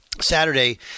Saturday